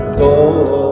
go